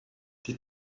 die